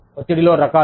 ఒత్తిడిలో రకాలు